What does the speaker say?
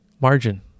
Margin